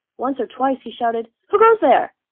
once or twice he shouted, who goes there?